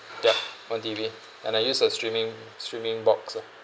dab on T_V and I use a streaming streaming box ah